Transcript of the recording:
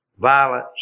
Violence